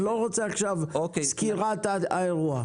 אני לא רוצה עכשיו סקירת האירוע.